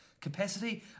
Capacity